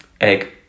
Egg